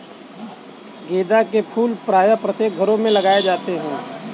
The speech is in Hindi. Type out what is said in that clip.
गेंदा के फूल प्रायः प्रत्येक घरों में लगाए जाते हैं